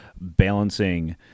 balancing